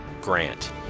GRANT